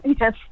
yes